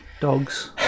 Dogs